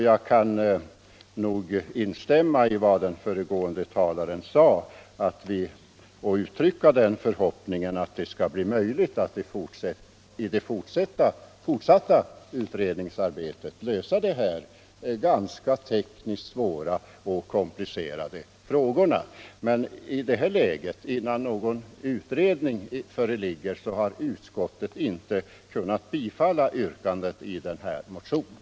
§ Jag kan instämma i den föregående talarens förhoppning att det skall bli möjligt att i det fortsatta utredningsarbetet lösa dessa tekniskt ganska svåra frågor. Men så länge resultatet av utredningens arbete inte föreligger har utskottet inte kunnat tillstyrka yrkandet i motion nr 79.